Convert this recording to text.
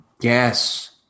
Yes